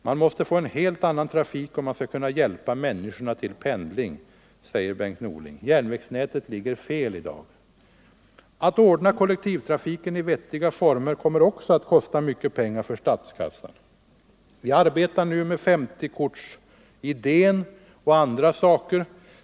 Man måste få en helt annan = järnvägstrafik, trafik om man skall kunna hjälpa människorna till pendling, säger Bengt = m.m. Norling. Järnvägsnätet ligger fel i dag. Att ordna kollektivtrafiken i vettiga former kommer också att kosta mycket pengar för statskassan. Vi arbetar nu med 50-kortsidén och andra saker.